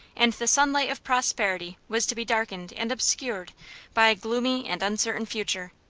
and the sunlight of prosperity was to be darkened and obscured by a gloomy and uncertain future.